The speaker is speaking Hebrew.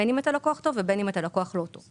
בין אם אתה לקוח טוב ובין אם אתה לקוח לא טוב.